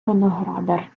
виноградар